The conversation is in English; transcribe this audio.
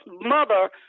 mother